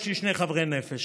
יש לי שני חברי נפש,